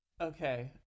Okay